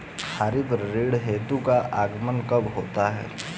खरीफ ऋतु का आगमन कब होता है?